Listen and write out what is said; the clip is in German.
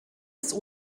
des